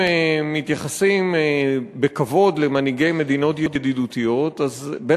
אם מתייחסים בכבוד למנהיגי מדינות ידידותיות אז,